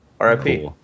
RIP